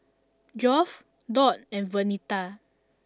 Geoff Dot and Vernita